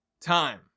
time